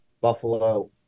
buffalo